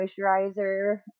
moisturizer